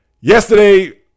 Yesterday